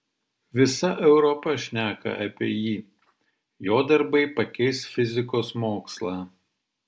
visa europa šneka apie jį jo darbai pakeis fizikos mokslą